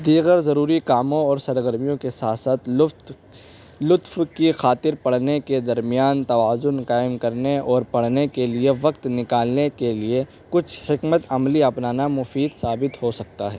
دیگر ضروری کاموں اور سرگرمیوں کے ساتھ ساتھ لطف کی خاطر پڑھنے کے درمیان توازن قائم کرنے اور پڑھنے کے لیے وقت نکالنے کے لیے کچھ حکمت عملی اپنانا مفید ثابت ہو سکتا ہے